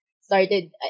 started